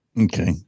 Okay